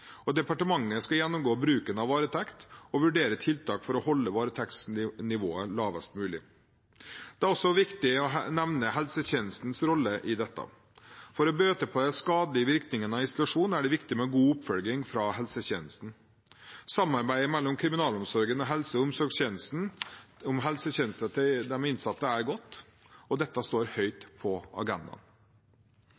Departementet skal gjennomgå bruken av varetekt og vurdere tiltak for å holde varetektsnivået lavest mulig. Det er også viktig å nevne helsetjenestens rolle i dette. For å bøte på de skadelige virkningene av isolasjon er det viktig med god oppfølging fra helsetjenesten. Samarbeidet mellom Kriminalomsorgen og helse- og omsorgstjenestene om helsetjenester til de innsatte er godt, og dette står høyt